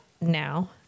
now